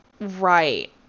right